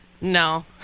No